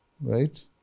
right